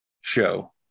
show